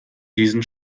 diesen